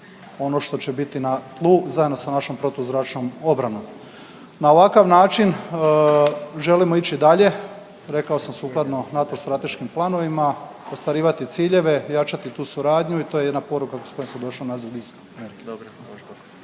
ono što će biti na tlu zajedno sa našom protuzračnom obranom. Na ovakav način želimo ići dalje, rekao sam sukladno NATO strateškim planovima, ostvarivati ciljeve, jačati tu suradnju i to je jedna poruka s kojom sam došao nazad iz Amerike.